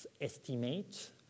estimate